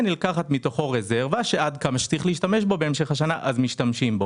נלקחת מתוכו רזרבה שעד כמה שצריך להשתמש בו בהמשך השנה משתמשים בו.